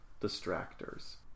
distractors